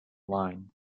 line